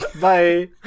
bye